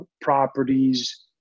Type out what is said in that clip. properties